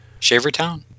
Shavertown